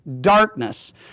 darkness